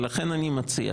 ולכן אני מציע,